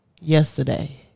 yesterday